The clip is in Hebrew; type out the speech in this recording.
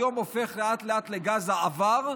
היום הוא הופך לאט-לאט לגז העבר,